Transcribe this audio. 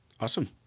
Awesome